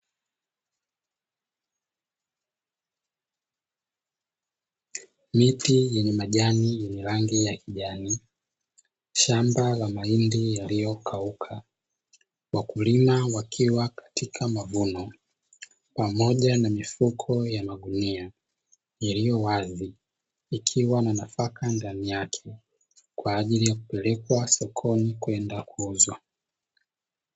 Miti yenye majani yenye rangi ya kijani shamba la mahindi, yaliyokauka wakulima wakiwa katika mavuno pamoja na mifuko ya magunia yaliyo wazi, ikiwa na nafaka ndani yake kwaajili yakupelekwa sokoni kwenda kuuzwa.